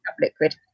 liquid